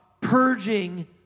purging